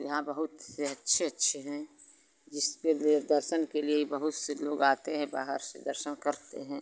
यहाँ बहुत से अच्छे अच्छे हैं जिसके लिए दर्शन के लिए बहुत से लोग आते हैं बाहर से दर्शन करते हैं